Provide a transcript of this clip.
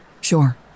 Sure